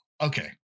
okay